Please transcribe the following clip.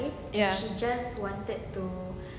ya